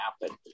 happen